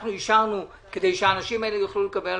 אנחנו אישרנו כדי שהאנשים האלה יוכלו לקבל הלוואות.